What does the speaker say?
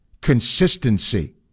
consistency